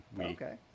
Okay